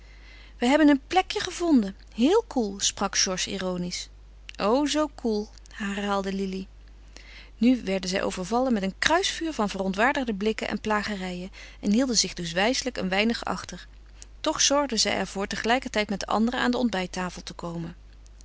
we hebben een plekje gevonden heel koel sprak georges ironisch o zoo koel herhaalde lili nu werden zij overvallen met een kruisvuur van verontwaardigde blikken en plagerijen en hielden zich dus wijselijk een weinig achter toch zorgden zij er voor tegelijkertijd met de anderen aan de ontbijttafel te komen